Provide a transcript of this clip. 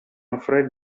afraid